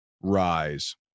rise